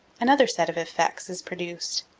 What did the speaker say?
another set of effects is produced.